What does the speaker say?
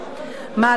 מהלך זה,